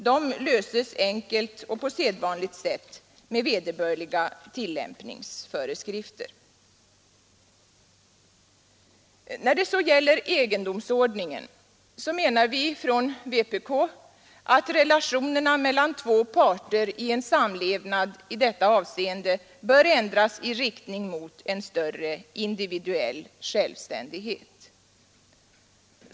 De löses enkelt och När det gäller egendomsordningen menar vi från vpk att relationerna mellan två parter i en samlevnad i detta avseende bör ändras i riktning mot en större individuell självständighet.